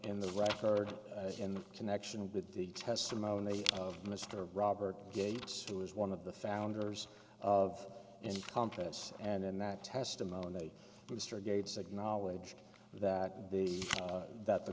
in the record in connection with the testimony of mr robert gates who is one of the founders of incompetence and in that testimony booster gates acknowledged that the that the